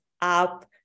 up